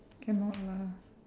cannot lah